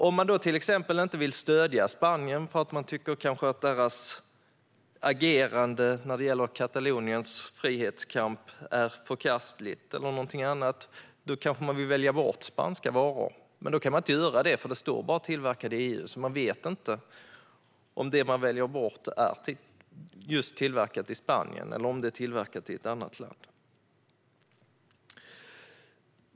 Om man till exempel inte vill stödja Spanien för att man tycker att Spaniens agerande när det gäller Kataloniens frihetskamp är förkastligt kanske man vill välja bort spanska varor. Men man kan inte göra det om det bara står "Tillverkad i EU". Då vet man ju inte om det man väljer bort är tillverkat just i Spanien eller i något annat land.